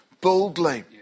boldly